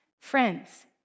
Friends